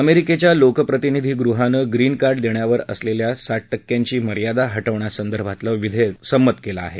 अमेरिकेच्या लोकप्रतिनिधीगृहानं green card देण्यावर असलेल्या सात टक्क्यांची मर्यादा हटवण्यासंदर्भातलं विधेयक संमत केलं आहे